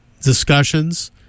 discussions